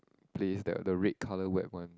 place that the red colour wet one